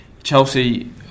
Chelsea